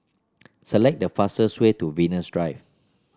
select the fastest way to Venus Drive